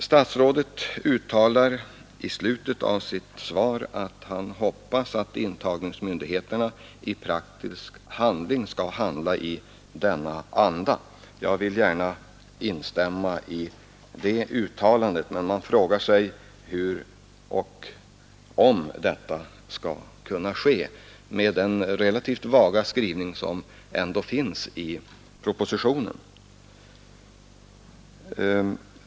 Statsrådet uttalar i slutet av sitt svar att han hoppas att ”intagningsmyndigheterna praktiskt handlar i denna anda”. Jag vill gärna instämma i det uttalandet, men man frågar sig hur och om detta skall kunna ske med den relativt vaga skrivning som finns i propositionen.